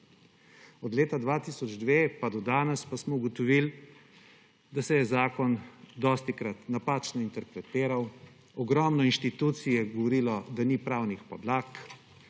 Od leta 2002 pa do danes pa smo ugotovili, da se je zakon dostikrat napačno interpretiral, ogromno institucij je govorilo, da ni pravnih podlag.